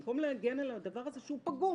במקום להגן על הדבר הזה שהוא פגום.